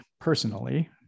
personally